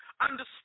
understand